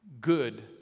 good